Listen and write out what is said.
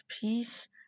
peace